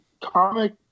comic